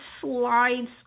slides